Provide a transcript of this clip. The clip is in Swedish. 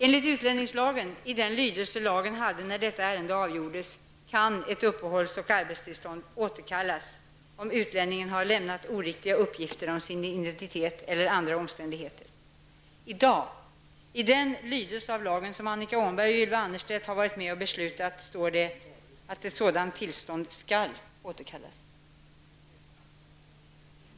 Enligt utlänningslagen, i den lydelse lagen hade när detta ärende avgjordes, kan ett uppehålls och arbetstillstånd återkallas om utlänningen har lämnat oriktiga uppgifter om sin identitet eller andra omständigheter. I dag, i den lydelse av lagen som Annika Åhnberg och Ylva Annerstedt varit med och beslutat, står det att sådant tillstånd skall återkallas.